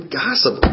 gossip